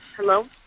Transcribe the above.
hello